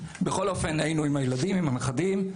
היינו עם הילדים ועם הנכדים.